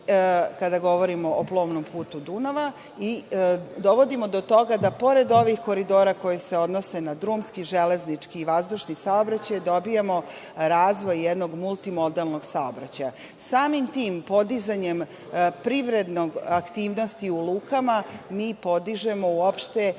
kada govorimo o plovnom putu Dunava. Dovodimo do toga da pored ovih koridora koji se odnose na drumski, železnički i vazdušni saobraćaj, dobijamo razvoj jednog multimodelnog saobraćaja. Samim tim, podizanjem privredne aktivnosti u lukama, mi podižemo uopšte